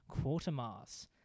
Quartermass